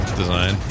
design